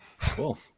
Cool